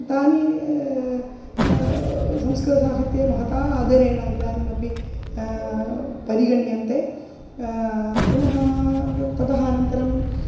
तानि संस्कृतसाहित्ये महता आदरेण इदानीमपि परिगण्यन्ते पुनः तत् ततः अनन्तरम्